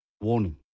Warning